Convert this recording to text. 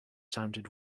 sounded